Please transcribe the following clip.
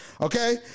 Okay